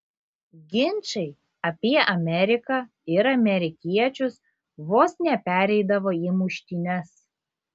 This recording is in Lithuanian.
ginčai apie ameriką ir amerikiečius vos nepereidavo į muštynes